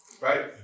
Right